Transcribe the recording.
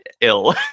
ill